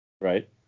right